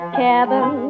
cabin